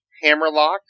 Hammerlock